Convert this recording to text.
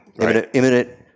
Imminent